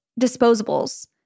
disposables